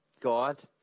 God